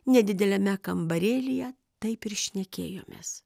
nedideliame kambarėlyje taip ir šnekėjomės